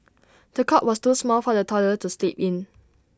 the cot was too small for the toddler to sleep in